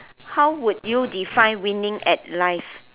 how would you define winning at life